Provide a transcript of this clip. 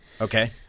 Okay